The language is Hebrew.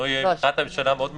השינוי מבחינת הממשלה מאוד משמעותי,